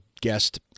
guest